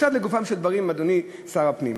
עכשיו לגופם של דברים, אדוני שר הפנים.